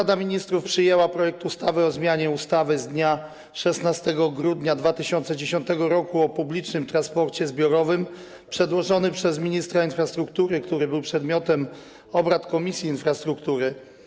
Rada Ministrów przyjęła projekt ustawy o zmianie ustawy z dnia 16 grudnia 2010 r. o publicznym transporcie zbiorowym przedłożony przez ministra infrastruktury, który to projekt był przedmiotem obrad Komisji Infrastruktury.